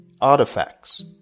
artifacts